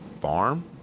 farm